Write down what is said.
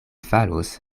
falos